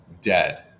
dead